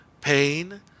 pain